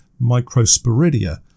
microsporidia